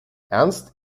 ernst